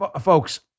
folks